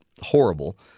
horrible